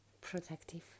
protective